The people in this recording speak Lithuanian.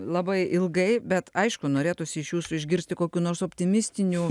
labai ilgai bet aišku norėtųsi iš jūsų išgirsti kokių nors optimistinių